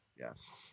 Yes